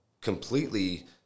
completely